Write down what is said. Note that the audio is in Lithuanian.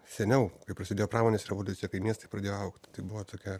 seniau kai prasidėjo pramonės revoliucija kai miestai pradėjo augt tai buvo tokia